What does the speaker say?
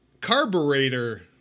carburetor